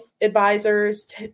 advisors